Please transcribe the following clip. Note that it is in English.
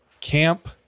Camp